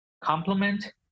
complement